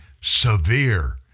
severe